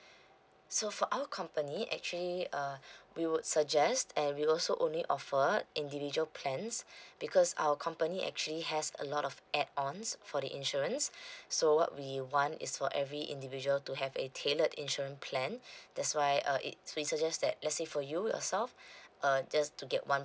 so for our company actually uh we would suggest and we will also only offer individual plans because our company actually has a lot of add ons for the insurance so what we want is for every individual to have a tailored insurance plan that's why uh it we suggest that let's say for you yourself uh just to get one